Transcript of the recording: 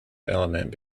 element